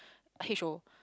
H O